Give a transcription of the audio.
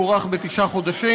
הוארך בתשעה חודשים.